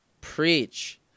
preach